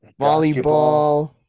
volleyball